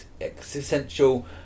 existential